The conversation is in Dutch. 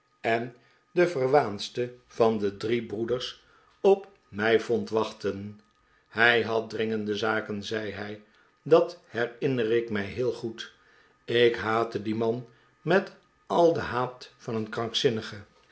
en den verwaandsten van de drie broeders op mij vond wachten hij had dringende zaken zei hij dat herinner ik mij heel goed ik haatte dien man met al den haat van een krankzinnige